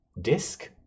disc